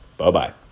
Bye-bye